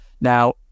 Now